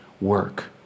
work